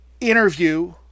interview